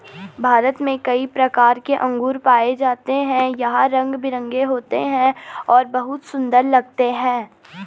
भारत में कई प्रकार के अंगूर पाए जाते हैं यह रंग बिरंगे होते हैं और बहुत सुंदर लगते हैं